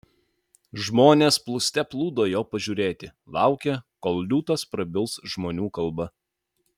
žmonės plūste plūdo jo pažiūrėti laukė kol liūtas prabils žmonių kalba